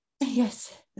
Yes